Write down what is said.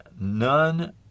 none